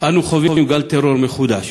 אנו חווים גל טרור מחודש.